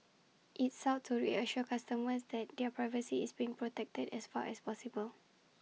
IT sought to reassure customers that their privacy is being protected as far as possible